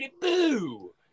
boo